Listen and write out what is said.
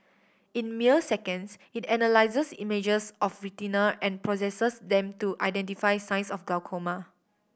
in mere seconds it analyses images of retina and processes them to identify signs of glaucoma